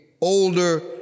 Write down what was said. older